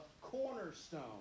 cornerstone